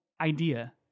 idea